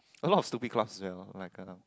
a lot of stupid clubs sia like uh